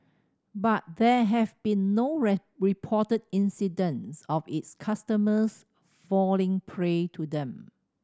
but there have been no reported incidents of its customers falling prey to them